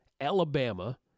Alabama